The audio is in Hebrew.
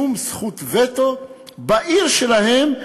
שום זכות וטו בעיר שלהם,